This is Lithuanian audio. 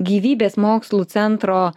gyvybės mokslų centro